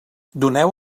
doneu